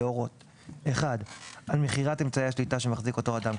להורות על מכירת אמצעי השליטה שמחזיק אותו אדם,